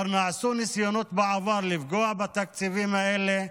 כבר נעשו ניסיונות בעבר לפגוע בתקציבים האלה,